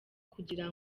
kugira